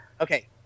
Okay